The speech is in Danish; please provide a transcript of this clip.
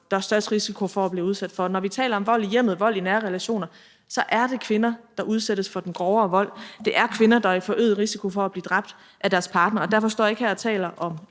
der er størst risiko for at blive udsat for, når vi taler om vold i hjemmet og vold i nære relationer, så kan vi se, at det er kvinder, der udsættes for den grovere vold. Det er kvinder, der er i forøget risiko for at blive dræbt af deres partnere. Derfor står jeg ikke her og taler om